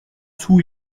sous